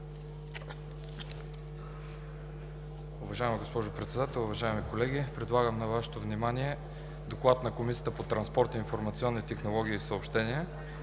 Уважаема госпожо Председател, уважаеми колеги! Предлагам на Вашето внимание „ДОКЛАД на Комисията по транспорт, информационни технологии и съобщения